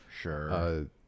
Sure